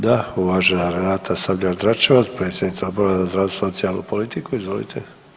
Da, uvažena Renata Sabljar Dračevac, predsjednica Odbora za zdravstvo i socijalnu politiku, izvolite.